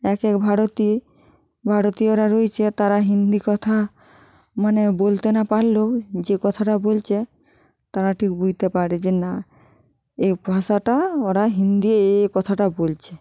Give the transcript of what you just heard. এক এক ভারতে ভারতীয়রা রয়েছে তারা হিন্দি কথা মানে বলতে না পারলেও যে কথাটা বলচে তারা ঠিক বুঝতে পারে যে না এই ভাষাটা ওরা হিন্দি এই এই কথাটা বলছে